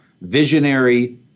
visionary